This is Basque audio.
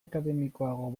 akademikoago